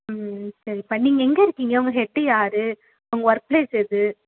ம் சரி இப்போ நீங்கள் எங்கே இருக்கீங்க உங்கள் ஹெட் யார் உங்கள் ஒர்க் ப்ளேஸ் எது